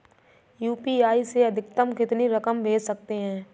UPI से अधिकतम कितनी रकम भेज सकते हैं?